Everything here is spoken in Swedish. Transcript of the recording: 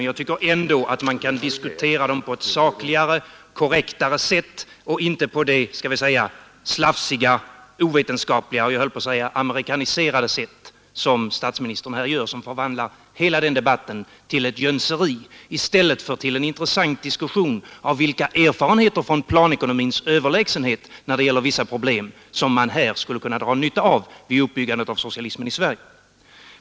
Jag tycker ändå man kan diskutera dem på ett sakligare och korrektare sätt och inte på det slafsiga, ovetenskapliga och jag höll på att säga amerikaniserade sätt som statsministern gör, vilket förvandlar hela den debatten till jönseri i stället för till en intressant diskussion om vilka erfarenheter från planekonomins överlägsenhet när det gäller vissa problem som man skulle kunna dra nytta av vid uppbyggandet av socialismen i Sverige.